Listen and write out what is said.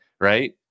right